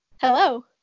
Hello